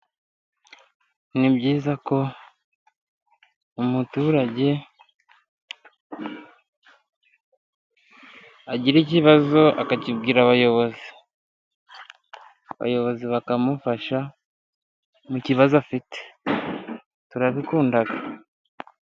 Ni byiza ko umuturage agira ikibazo akakibwira abayobozi, abayobozi bakamufasha mu kibazo afite, turabikunda.